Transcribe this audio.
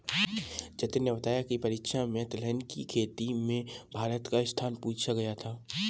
जतिन ने बताया की परीक्षा में तिलहन की खेती में भारत का स्थान पूछा गया था